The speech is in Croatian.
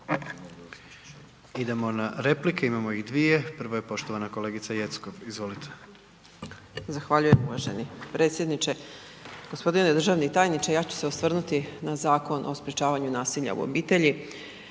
Idemo na replike, imamo ih dvije. Prva je poštovana kolegica Jeckov. Izvolite. **Jeckov, Dragana (SDSS)** Zahvaljujem uvaženi predsjedniče. G. državni tajniče, ja ću se osvrnuti na Zakon o sprečavanju nasilja u obitelji